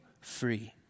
free